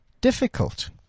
difficult